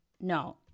No